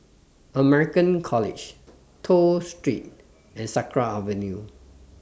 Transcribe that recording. American College Toh Street and Sakra Avenue